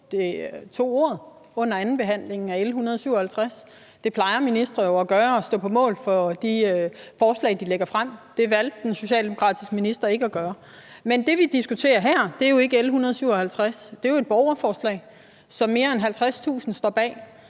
ikke tog ordet under andenbehandlingen af L 157. Det plejer ministre jo at gøre – altså at stå på mål for de forslag, de lægger frem. Det valgte den socialdemokratiske minister ikke at gøre. Med det, vi diskuterer her, er jo ikke L 157; det er et borgerforslag, som mere end 50.000 borgere